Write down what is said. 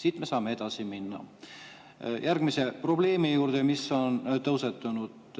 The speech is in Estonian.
Siit me saame edasi minna järgmise probleemi juurde, mis on tõusetunud.